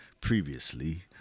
Previously